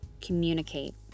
Communicate